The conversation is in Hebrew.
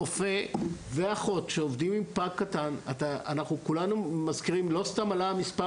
רופא ואחות שעובדים עם פג קטן אנחנו כולנו מזכירים שלא סתם עלה המספר